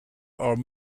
are